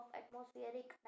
atmospheric